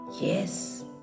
Yes